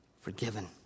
forgiven